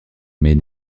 mais